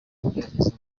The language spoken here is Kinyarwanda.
kugerageza